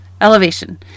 elevation